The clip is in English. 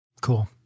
cool